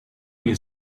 been